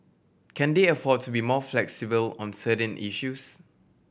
can they afford to be more flexible on certain issues